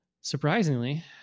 surprisingly